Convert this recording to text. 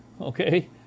okay